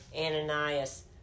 Ananias